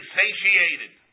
satiated